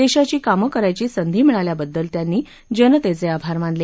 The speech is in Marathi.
देशाची कामं करायची संधी मिळाल्याबददल त्यांनी जनतेचे आभार मानले